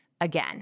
again